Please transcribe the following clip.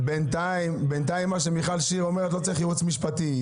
בינתיים מה שמיכל שיר אומרת, לא צריך ייעוץ משפטי.